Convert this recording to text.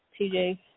TJ